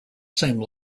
same